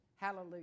Hallelujah